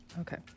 Okay